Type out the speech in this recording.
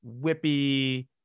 whippy